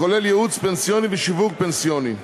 שכולל ייעוץ פנסיוני ושיווק פנסיוני,